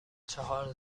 چهار